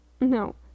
No